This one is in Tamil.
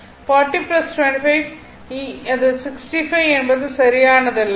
40 25 அது 65 என்பது சரியானதல்ல